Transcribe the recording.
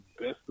best